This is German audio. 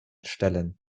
stellen